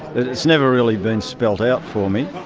but it has never really been spelt out for me.